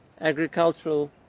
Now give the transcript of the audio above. agricultural